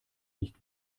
nicht